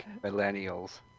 Millennials